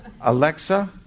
Alexa